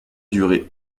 durer